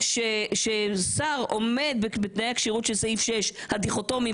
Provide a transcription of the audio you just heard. ששר עומד בתנאי הכשירות של סעיף 6 הדיכוטומיים,